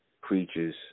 creatures